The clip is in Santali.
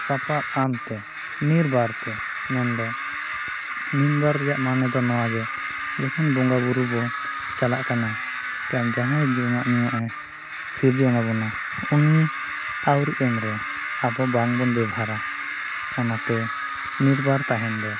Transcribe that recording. ᱥᱟᱯᱟ ᱟᱱᱛᱮ ᱱᱤᱨᱵᱟᱨᱛᱮ ᱢᱮᱱ ᱫᱚ ᱱᱤᱨᱵᱟᱨ ᱨᱮᱱᱟᱜ ᱢᱟᱱᱮ ᱫᱚ ᱱᱚᱣᱟ ᱜᱮ ᱡᱚᱠᱷᱚᱱ ᱵᱚᱸᱜᱟ ᱵᱳᱨᱳ ᱵᱚᱱ ᱪᱟᱞᱟᱜ ᱠᱟᱱᱟ ᱛᱟᱭᱚᱢ ᱡᱟᱦᱟᱸᱭ ᱡᱚᱢᱟᱜ ᱧᱩᱣᱟᱜᱼᱮ ᱥᱤᱨᱡᱟᱹᱱ ᱟᱵᱚᱱᱟ ᱩᱱᱤ ᱟᱣᱨᱤ ᱮᱢ ᱨᱮ ᱟᱵᱚ ᱵᱟᱝᱵᱚᱱ ᱵᱮᱵᱷᱟᱨᱟ ᱚᱱᱟᱛᱮ ᱱᱤᱨᱵᱟᱨ ᱛᱟᱦᱮᱱ ᱫᱚ